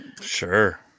Sure